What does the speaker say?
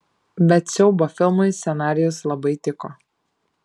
bet siaubo filmui scenarijus labai tiko